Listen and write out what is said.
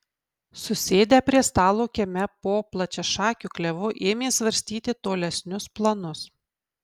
susėdę prie stalo kieme po plačiašakiu klevu ėmė svarstyti tolesnius planus